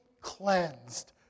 cleansed